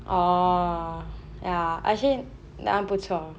orh ya actually that one 不错